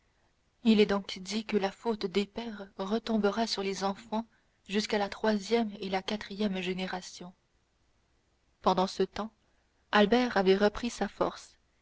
il est donc dit que la faute des pères retombera sur les enfants jusqu'à la troisième et quatrième génération pendant ce temps albert avait repris sa force